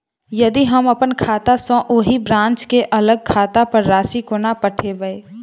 यदि हम अप्पन खाता सँ ओही ब्रांच केँ अलग खाता पर राशि कोना पठेबै?